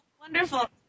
wonderful